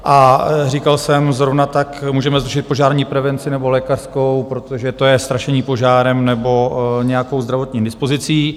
A říkal jsem, zrovna tak můžeme zrušit požární prevenci nebo lékařskou, protože to je strašení požárem nebo nějakou zdravotní indispozicí.